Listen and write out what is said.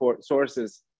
sources